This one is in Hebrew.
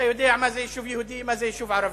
אתה יודע מה זה יישוב יהודי ומה זה יישוב ערבי.